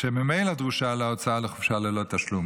שממילא דרושה הוצאה לחופשה ללא תשלום,